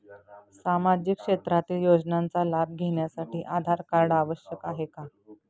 सामाजिक क्षेत्रातील योजनांचा लाभ घेण्यासाठी आधार कार्ड आवश्यक आहे का?